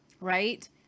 right